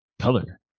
color